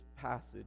passage